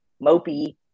mopey